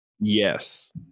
Yes